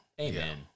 Amen